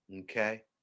okay